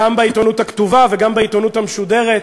גם בעיתונות הכתובה וגם בעיתונות המשודרת.